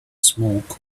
smoke